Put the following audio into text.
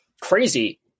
crazy